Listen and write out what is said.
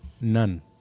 none